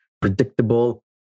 predictable